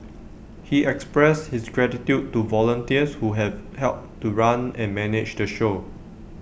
he expressed his gratitude to volunteers who have helped to run and manage the show